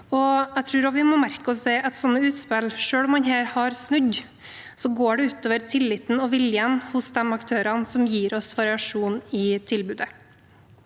selv om man her har snudd – går ut over tilliten og viljen hos de aktørene som gir oss variasjon i tilbudet.